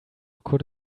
could